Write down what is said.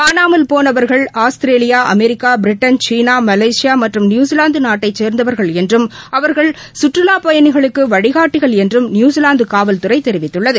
காணாமல் போனவர்கள் Australia America Britain China Malaysia மற்றும் நியுசிலாந்து நாட்டைச் சேர்ந்தவர்கள் என்றும் அவர்கள் சுற்றுவா பயணிகளுக்கு வழிகாட்டிகள் என்றும் நியுசிவாந்து காவல்துறை தெரிவித்துள்ளது